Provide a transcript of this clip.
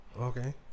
Okay